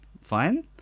fine